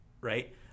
right